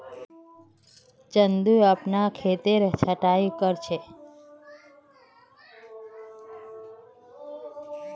चंदू अपनार खेतेर छटायी कर छ